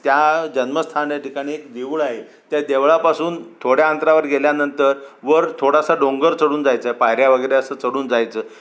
त्या जन्मस्थान आहे ठिकाणी देऊळ आहे त्या देवळापासून थोड्या अंतरावर गेल्यानंतर वर थोडासा डोंगर चढून जायचं पायऱ्या वगैरे असं चढून जायचं